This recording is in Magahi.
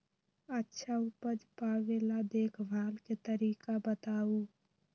अच्छा उपज पावेला देखभाल के तरीका बताऊ?